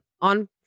on